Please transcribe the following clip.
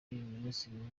ministiri